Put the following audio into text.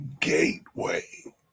gateway